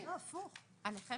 הנכה